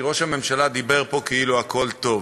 כי ראש הממשלה דיבר פה כאילו הכול טוב.